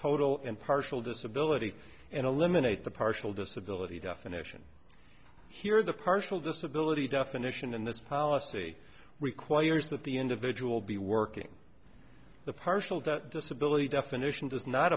total and partial disability and eliminate the partial disability definition here the partial disability definition in this policy requires that the individual be working the partial to disability definition does not